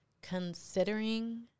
considering